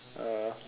ah